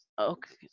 Okay